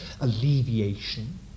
alleviation